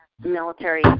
military